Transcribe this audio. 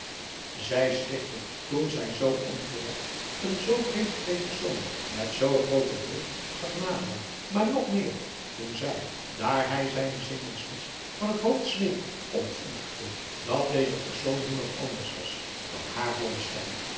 zij schrikte toen zij zoo onverwacht een zoo vreemd gekleed persoon met zoo groote drift zag naderen maar nog meer toen zij daar hij zijne zeemans muts van het hoofd smeet ontdekte dat deze persoon niemand anders was dan haar